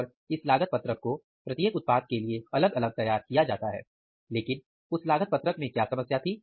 और इस लागत पत्रक को प्रत्येक उत्पाद के लिए अलग अलग तैयार किया जाना है लेकिन उस लागत पत्रक में क्या समस्या थी